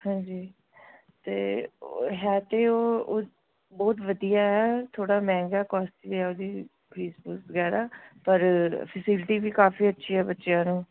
ਹਾਂਜੀ ਅਤੇ ਹੈ ਤਾਂ ਉਹ ਬਹੁਤ ਵਧੀਆ ਹੈ ਥੋੜ੍ਹਾ ਮਹਿੰਗਾ ਕੋਸਟਲੀ ਹੈ ਉਹਦੀ ਫੀਸ ਫੂਸ ਵਗੈਰਾ ਪਰ ਫਸਿਲਟੀ ਵੀ ਕਾਫੀ ਅੱਛੀ ਹੈ ਬੱਚਿਆਂ ਨੂੰ